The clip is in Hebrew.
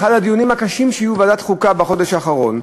מאחד הדיונים הקשים שהיו בוועדת חוקה בחודש האחרון,